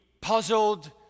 puzzled